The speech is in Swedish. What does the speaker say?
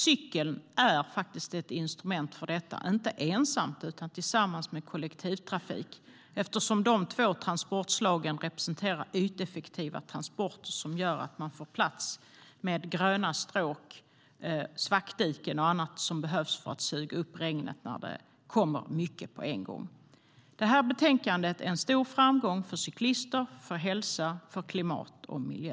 Cykeln är faktiskt ett instrument för detta, inte ensam utan tillsammans med kollektivtrafik, eftersom de två transportslagen representerar yteffektiva transporter som gör att man får plats med gröna stråk, svackdiken och annat som behövs för att suga upp regnet när det kommer mycket på en gång. Det här betänkandet är en stor framgång för cyklister, för hälsa och för klimat och miljö.